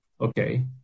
okay